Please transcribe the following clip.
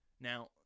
Now